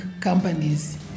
companies